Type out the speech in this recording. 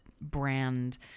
brand